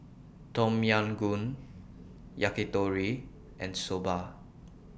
Tom Yam Goong Yakitori and Soba